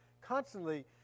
constantly